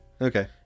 Okay